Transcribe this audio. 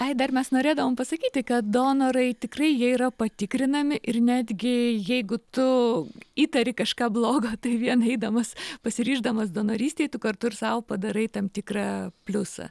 ai dar mes norėdavom pasakyti kad donorai tikrai jie yra patikrinami ir netgi jeigu tu įtari kažką blogo tai vien eidamas pasiryždamas donorystei tu kartu ir sau padarai tam tikrą pliusą